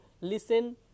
listen